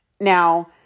Now